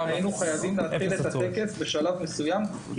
היינו חייבים להתחיל את הטקס בשלב מסוים,